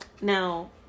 now